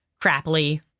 crappily